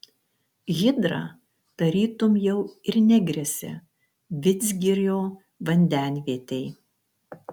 hidra tarytum jau ir negresia vidzgirio vandenvietei